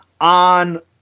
on